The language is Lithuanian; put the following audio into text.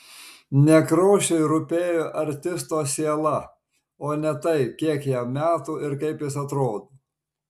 nekrošiui rūpėjo artisto siela o ne tai kiek jam metų ir kaip jis atrodo